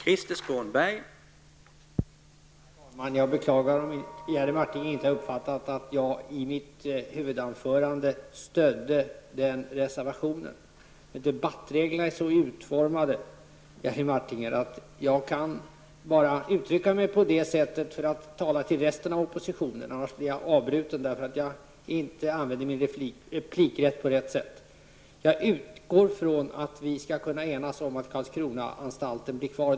Herr talman! Jag beklagar att Jerry Martinger inte uppfattat att jag i mitt huvudanförande stödde den reservationen. Debattreglerna är så utformade, Jerry Martinger, att jag måste uttrycka mig på detta sätt när jag talar till resten av oppositionen. Om jag inte använder min replikrätt på rätt sätt blir jag avbruten. Jag utgår från att vi skall kunna enas om att Karlskronaanstalten blir kvar.